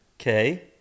Okay